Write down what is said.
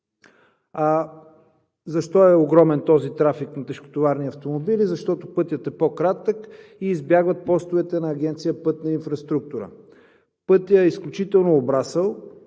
Защо е огромен този трафик на тежкотоварни автомобили? Защото пътят е по-кратък и избягват постовете на Агенция „Пътна инфраструктура“. Пътят е изключително обрасъл,